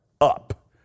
up